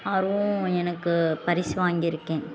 ஆர்வம் எனக்கு பரிசு வாங்கியிருக்கேன்